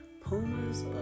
Pumas